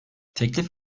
teklif